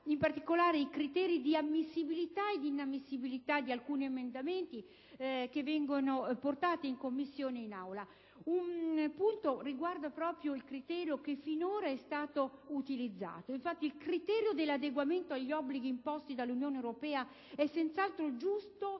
in particolare i criteri di ammissibilità e inammissibilità di alcuni emendamenti presentati in Commissione e in Aula. Un punto riguarda il criterio finora utilizzato: infatti, il criterio dell'adeguamento agli obblighi imposti dall'Unione europea è senz'altro giusto